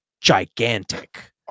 gigantic